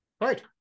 Right